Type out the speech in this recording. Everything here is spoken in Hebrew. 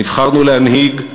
שנבחרנו להנהיג,